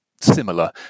similar